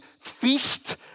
feast